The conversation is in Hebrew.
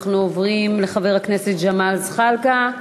אנחנו עוברים לחבר הכנסת ג'מאל זחאלקה,